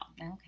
Okay